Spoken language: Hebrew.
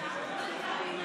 אני מבקש